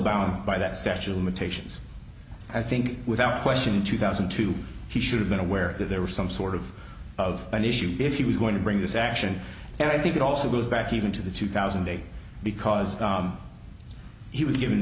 bound by that statue limitations i think without question two thousand two he should have been aware that there was some sort of of an issue if he was going to bring this action and i think it also goes back even to the two thousand and eight because he was given